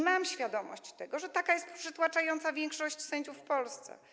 Mam świadomość tego, że taka jest przytłaczająca większość sędziów w Polsce.